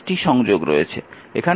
এখানে মোট 5 টি সংযোগ রয়েছে